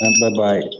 Bye-bye